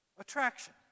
Attraction